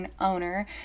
owner